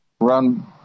run